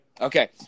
Okay